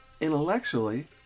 intellectually